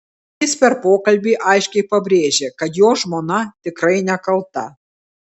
jis per pokalbį aiškiai pabrėžė kad jo žmona tikrai nekalta